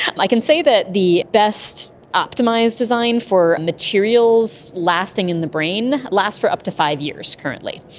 i can say that the best optimised design for materials lasting in the brain last for up to five years currently.